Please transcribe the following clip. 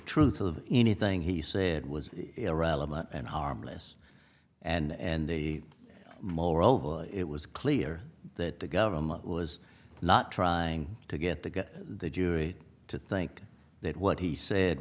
truth of anything he said was irrelevant and harmless and the mower over it was clear that the government was not trying to get the get the jury to think that what he said